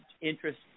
interest